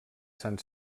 sant